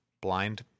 blind